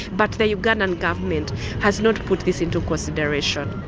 but the ugandan government has not put this into consideration.